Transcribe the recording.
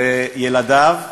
וילדיו,